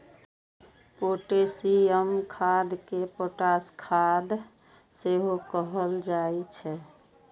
potassium खाद कें potash खाद सेहो कहल जाइ छै